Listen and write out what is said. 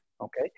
Okay